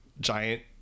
giant